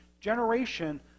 generation